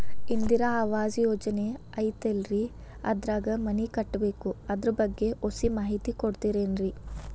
ಇಂದಿರಾ ಆವಾಸ ಯೋಜನೆ ಐತೇಲ್ರಿ ಅದ್ರಾಗ ಮನಿ ಕಟ್ಬೇಕು ಅದರ ಬಗ್ಗೆ ಒಸಿ ಮಾಹಿತಿ ಕೊಡ್ತೇರೆನ್ರಿ?